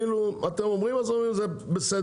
אתם אומרים והם אומרים זה בסדר,